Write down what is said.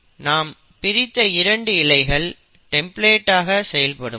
நாம் பிரித்த 2 இழைகள் டெம்ப்ளேட் ஆக செயல்படும்